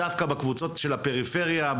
דווקא בקבוצות של הפריפריה,